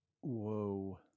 Whoa